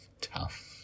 tough